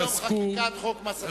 מיום חקיקת חוק מס הכנסה.